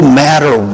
matter